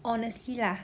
honestly lah